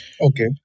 Okay